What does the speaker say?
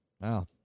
Wow